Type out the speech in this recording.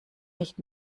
nicht